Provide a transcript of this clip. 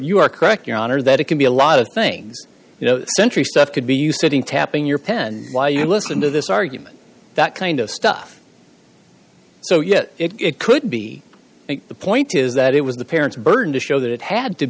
you are correct your honor that it can be a lot of things you know century stuff could be used sitting tapping your pen why you listen to this argument that kind of stuff so yes it could be the point is that it was the parents burden to show that it had to